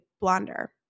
blonder